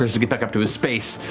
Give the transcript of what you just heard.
to get back up to his space.